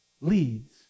leads